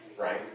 right